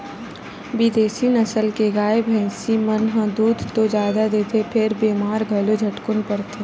बिदेसी नसल के गाय, भइसी मन ह दूद तो जादा देथे फेर बेमार घलो झटकुन परथे